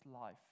life